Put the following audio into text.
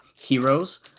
Heroes